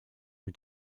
mit